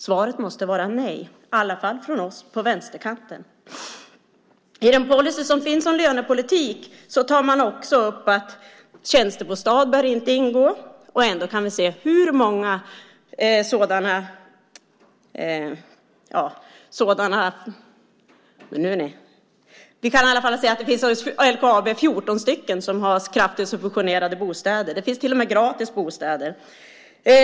Svaret måste vara nej, i alla fall från oss på vänsterkanten. I den policy som finns om lönepolitik tar man också upp att tjänstebostad inte bör ingå. Ändå kan vi se att det hos LKAB finns 14 stycken som har kraftigt subventionerade bostäder. Det finns till och med gratis bostäder.